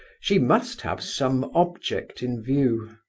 she must have some object in view.